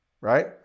right